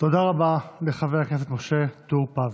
תודה רבה לחבר הכנסת משה טור פז.